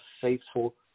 faithful